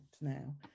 now